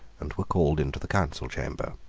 and were called into the council chamber.